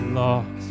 lost